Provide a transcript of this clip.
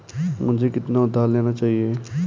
मुझे कितना उधार लेना चाहिए?